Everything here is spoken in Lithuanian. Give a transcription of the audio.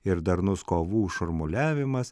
ir darnus kovų šurmuliavimas